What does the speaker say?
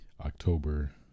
October